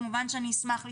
כמובן שאשמח לשמוע.